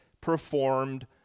performed